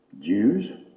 Jews